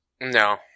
No